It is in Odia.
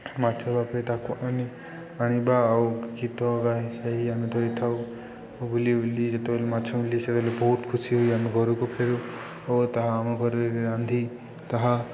ମାଛ ପରେ ତାକୁ ଆଣି ଆଣିବା ଆଉ ଗୀତ ଗାଇ ଗାଇ ଆମେ ଧରିଥାଉ ଓ ବୁଲି ବୁଲି ଯେତେବେଳେ ମାଛ ମିଳେ ସେତେବେଳେ ବହୁତ ଖୁସି ହୋଇ ଆମେ ଘରକୁ ଫେରୁ ଓ ତାହା ଆମ ଘରେ ରାନ୍ଧି ତାହା